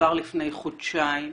כבר לפני חודשיים.